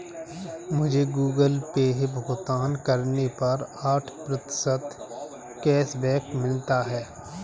मुझे Google Pay भुगतान करने पर आठ प्रतिशत कैशबैक मिला है